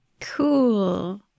Cool